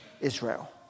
Israel